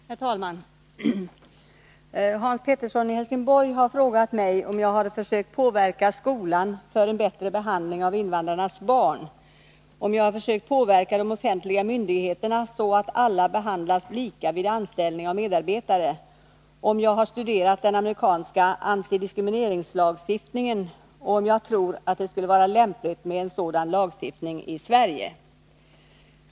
Herr talman! Hans Pettersson i Helsingborg har frågat mig om jag har försökt påverka skolan för en bättre behandling av invandrarnas barn, om jag har försökt påverka de offentliga myndigheterna så att alla behandlas lika vid anställning av medarbetare, om jag har studerat den amerikanska antidiskrimineringslagstiftningen och om jag tror att det skulle vara lämpligt med en sådan lagstiftning i Sverige.